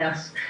בבקשה.